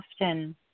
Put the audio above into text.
Often